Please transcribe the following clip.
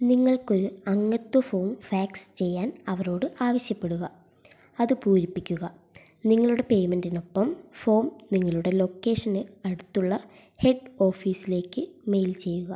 നിങ്ങൾക്കൊരു അംഗത്വ form fax ചെയ്യാൻ അവരോട് ആവശ്യപ്പെടുക അത് പൂരിപ്പിക്കുക നിങ്ങളുടെ പേയ്മെൻ്റിനൊപ്പം ഫോം നിങ്ങളുടെ ലൊക്കേഷന് അടുത്തുള്ള ഹെഡ് ഓഫീസിലേക്ക് മെയിൽ ചെയ്യുക